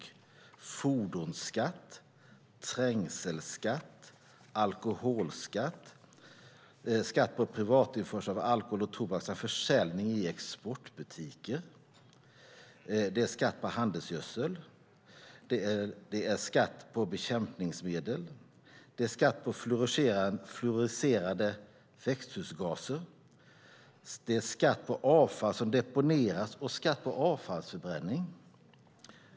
Det är fordonsskatt, trängselskatt, alkoholskatt, skatt på privatinförsel av alkohol och tobak samt försäljning i exportbutiker. Det är skatt på handelsgödsel. Det är skatt på bekämpningsmedel. Det är skatt på fluorerade växthusgaser. Det är skatt på avfall som deponeras och skatt på avfallsförbränning.